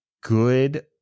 good